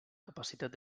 capacitat